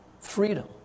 freedom